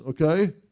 okay